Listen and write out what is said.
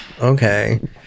Okay